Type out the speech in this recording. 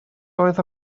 oedd